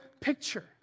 picture